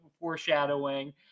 foreshadowing